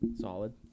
Solid